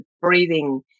breathing